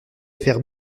faire